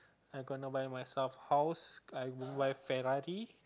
I gonna buy my stuff house I gonna buy Ferrari